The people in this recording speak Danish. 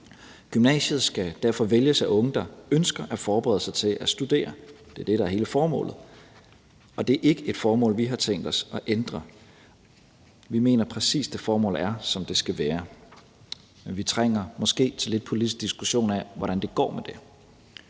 Gymnasiet skal derfor vælges af unge, der ønsker at forberede sig til at studere. Det er det, der er hele formålet, og det er ikke et formål, vi har tænkt os at ændre på. Vi mener, det formål er, præcis som det skal være, men vi trænger måske til en politisk diskussion af, hvordan det går med det.